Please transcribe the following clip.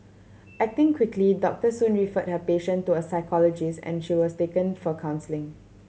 acting quickly Doctor Soon referred her patient to a psychologist and she was taken for counselling